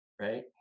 Right